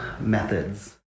methods